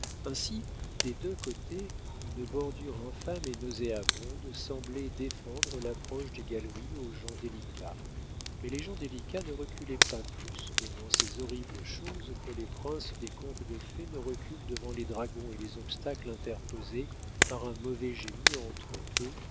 ainsi des deux côtés une bordure infâme et nauséabonde semblait défendre l'approche des galeries aux gens délicats mais les gens délicats ne reculaient pas plus devant ces horribles choses que les princes des contes de fées ne reculent devant les dragons et les obstacles interposés par un mauvais génie entre eux